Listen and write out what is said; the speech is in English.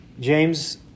James